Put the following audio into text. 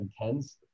intense